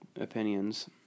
opinions